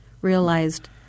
realized